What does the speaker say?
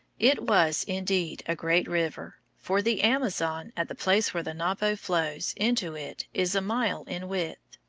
it was indeed a great river, for the amazon at the place where the napo flows into it is a mile in width.